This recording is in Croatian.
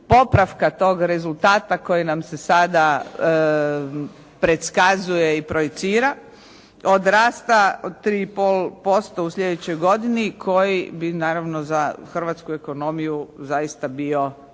popravka tog rezultata koji nam se sada predskazuje i projicira, od rasta od 3,5% u sljedećoj godini koji bi naravno za hrvatsku ekonomiju zaista bio